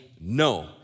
No